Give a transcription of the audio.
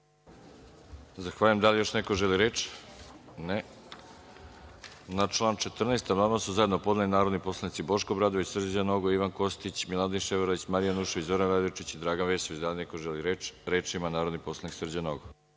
Zahvaljujem. Da li još neko želi reč? (Ne.)Na član 14. amandman su zajedno podneli narodni poslanici Boško Obradović, Srđan Nogo, Ivan Kostić, Miladin Ševarlić, Marija Janjušević, Zoran Radojičić i Dragan Vesović. Da li neko želi reč? (Da.)Reč ima narodni poslanik Srđan Nogo.